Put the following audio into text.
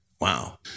Wow